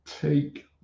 Take